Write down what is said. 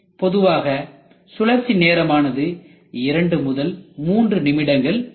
பொதுவாக சுழற்சி நேரமானது 2 முதல் 3 நிமிடங்கள் இருக்கும்